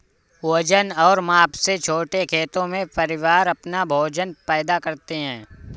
वजन और माप से छोटे खेतों में, परिवार अपना भोजन पैदा करते है